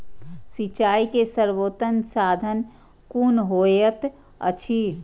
सिंचाई के सर्वोत्तम साधन कुन होएत अछि?